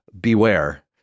beware